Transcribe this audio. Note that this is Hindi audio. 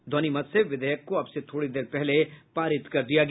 ध्वनिमत से विधेयक को अब से थोड़ी देर पहले पारित कर दिया गया